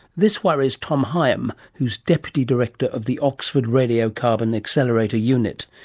this worries tom higham who is deputy director of the oxford radiocarbon accelerator unit,